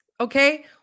Okay